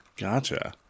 Gotcha